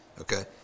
okay